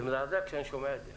זה מזעזע כשאני שומע את זה,